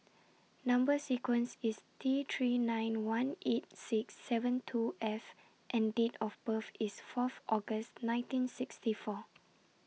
Number sequence IS T three nine one eight six seven two F and Date of birth IS Fourth August nineteen sixty four